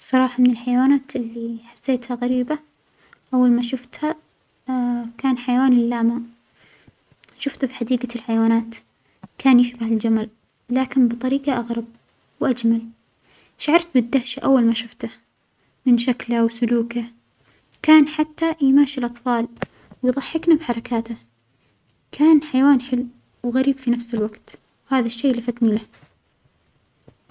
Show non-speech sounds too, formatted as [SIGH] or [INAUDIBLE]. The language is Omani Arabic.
الصراحة من الحيوانات اللى حسيتها غريبة أول ما شوفتها [HESITATION] كان حيوان اللاما، شوفته في حديجة الحيوانات، كان يشبه الجمل لكن بطريقة أغرب وأجمل، شعرت بالدهشة أول ما شوفته من شكله وسلوكه، كان حتى يماشى الأطفال ويظحكنا بحركاته، كان حيوان حلو وغريب في نفس الوجت، وهذا الشيء لفتنى له.